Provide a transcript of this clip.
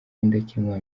indakemwa